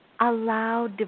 allow